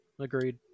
agreed